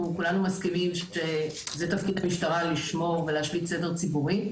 כולנו מסכימים שזה תפקיד המשטרה לשמור ולהשליט סדר ציבורי,